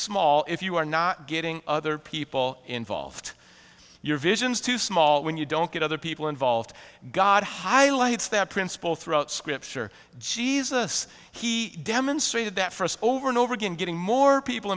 small if you are not getting other people involved your visions too small when you don't get other people involved god highlights that principle throughout scripture jesus he demonstrated that for us over and over again getting more people